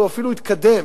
אלא הוא אפילו התקדם